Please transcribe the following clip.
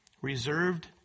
reserved